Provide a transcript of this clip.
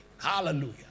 Hallelujah